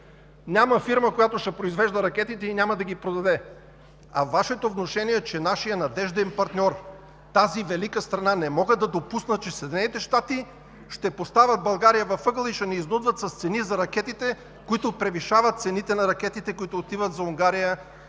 Няма фирма, която ще произвежда ракетите, и няма да ги продаде. Вашето внушение, че нашият надежден партньор – тази велика страна… Не мога да допусна, че Съединените щати ще поставят България в ъгъла и ще ни изнудват с цени за ракетите, които превишават цените на ракетите, които отиват за Унгария